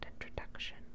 introduction